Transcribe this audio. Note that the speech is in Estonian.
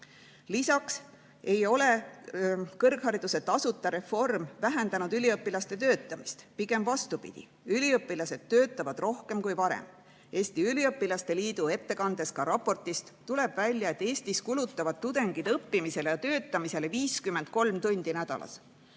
Lisaks ei ole kõrghariduse reform vähendanud üliõpilaste töötamist, pigem vastupidi: üliõpilased töötavad rohkem kui varem. Eesti üliõpilaste liidu ettekandest tuleb ka raportis välja, et Eestis kulutavad tudengid õppimisele ja töötamisele 53 tundi nädalas.